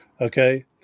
Okay